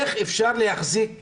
איך אפשר להחזיק מחלקה,